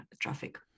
traffic